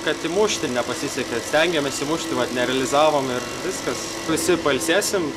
kad įmušti nepasisekė stengėmės įmušti vat nerealizavom ir viskas visi pailsėsim